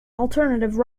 alternative